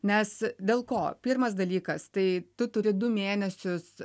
nes dėl ko pirmas dalykas tai tu turi du mėnesius